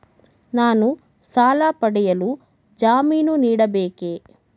ನಾನು ಸಾಲ ಪಡೆಯಲು ಜಾಮೀನು ನೀಡಬೇಕೇ?